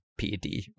PD